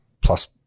plus